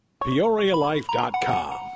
PeoriaLife.com